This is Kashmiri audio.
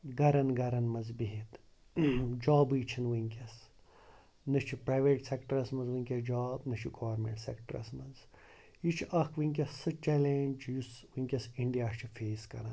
گَرَن گَرَن منٛز بِہِتھ جابٕے چھِنہٕ وٕنکٮ۪س نہ چھِ پرٛیویٹ سٮ۪کٹَرَس منٛز وٕنکٮ۪س جاب نہ چھُ گورمٮ۪نٛٹ سٮ۪کٹَرَس منٛز یہِ چھُ اَکھ وٕنکٮ۪س سُہ چلینٛج یُس وٕنکٮ۪س اِنڈیا چھُ فیس کَران